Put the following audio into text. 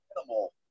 animal